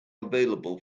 available